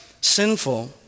sinful